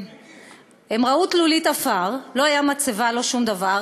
הם ראו תלולית עפר, לא הייתה מצבה, לא שום דבר.